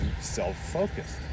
self-focused